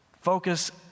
Focus